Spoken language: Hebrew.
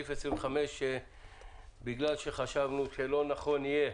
כי חשבנו שלא נכון יהיה